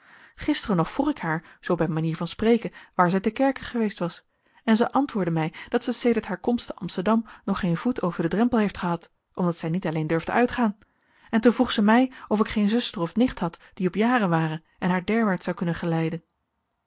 gisteren nog vroeg ik haar zoo bij manier van spreken waar zij ter kerke geweest was en zij antwoordde mij dat zij sedert haar komst te amsterdam nog geen voet over den drempel heeft gehad omdat zij niet alleen durfde uitgaan en toen vroeg zij mij of ik geene zuster of nicht had die op jaren ware en haar derwaarts zou kunnen geleiden